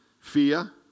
Fear